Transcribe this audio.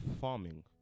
farming